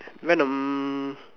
venom